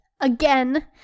again